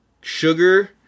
Sugar